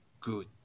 good